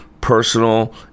personal